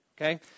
Okay